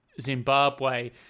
Zimbabwe